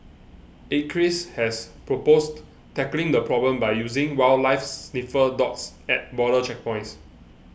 acres has proposed tackling the problem by using wildlife sniffer dogs at border checkpoints